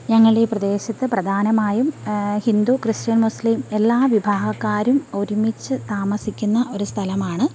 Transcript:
ഞങ്ങൾ ഈ പ്രദേശത്ത് പ്രധാനമായും ഹിന്ദു ക്രിസ്ത്യൻ മുസ്ലിം എല്ലാ വിഭാഗക്കാരും ഒരുമിച്ച് താമസിക്കുന്ന ഒരു സ്ഥലമാണ്